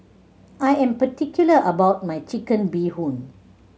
I am particular about my Chicken Bee Hoon